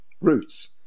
Roots